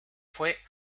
fue